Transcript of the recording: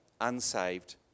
unsaved